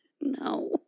No